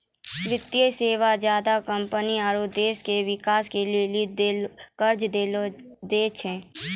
वित्तीय सेवा ज्यादा कम्पनी आरो देश के बिकास के लेली कर्जा दै छै